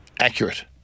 accurate